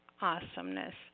Awesomeness